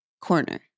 corner